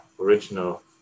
original